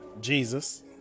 Jesus